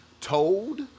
told